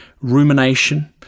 rumination